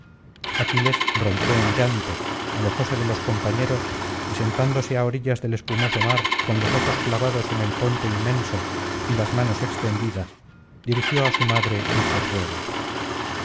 aquiles rompió en llanto alejóse de los compañeros y sentándose á orillas del espumoso mar con los ojos clavados en el ponto inmenso y las manos extendidas dirigió á su madre muchos ruegos